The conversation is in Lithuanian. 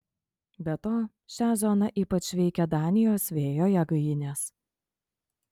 be to šią zoną ypač veikia danijos vėjo jėgainės